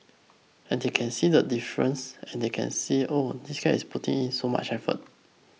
and they can see the difference and they can see Oh this guy is putting in so much effort